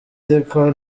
ariko